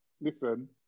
Listen